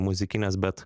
muzikines bet